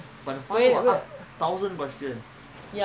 mm